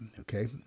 okay